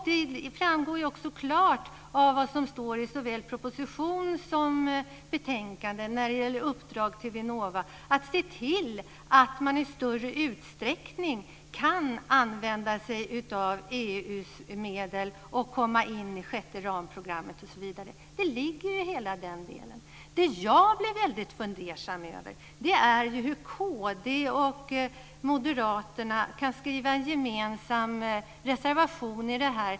Det framgår också klart av vad som står i såväl proposition som betänkande när det gäller uppdrag till Vinnova: att se till att man i större utsträckning kan använda sig av EU:s medel och komma in i sjätte ramprogrammet osv. Det ligger ju i hela den delen. Det jag blev väldigt fundersam över är hur Kristdemokraterna och Moderaterna kan skriva en gemensam reservation om det här.